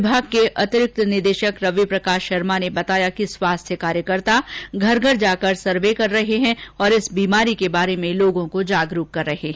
विभाग के अतिरिक्त निदेशक रवि प्रकाश शर्मा ने बताया कि स्वास्थ्य कार्यकर्ता घर घर जाकर सर्वे कर रहे हैं और इस बीमारी के बारे में लोगों को जागरूक कर रहे हैं